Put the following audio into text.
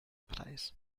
preis